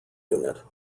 unit